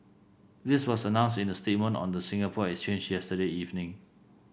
this was announced in a statement on the Singapore Exchange yesterday evening